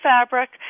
fabric